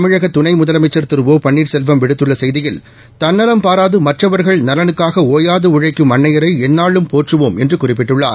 தமிழக துணை முதலனமச்சா் திரு ஒ பள்ளீர்செல்வம் விடுத்துள்ள செய்தியில் தன்னலம் பாராது மற்றவர்கள் நலனுக்காக ஓயாது உழைக்கும் அன்னையரை எந்நாளும் போற்றுவோம் என்று குறிப்பிட்டுள்ளார்